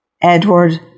Edward